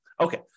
Okay